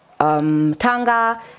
Tanga